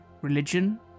Religion